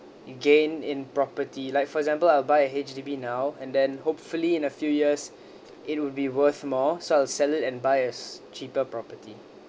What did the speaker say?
gain in property like for example I'll buy a H_D_B now and then hopefully in a few years it would be worth more so I'll sell it and buy a cheaper property